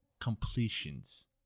completions